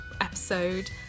episode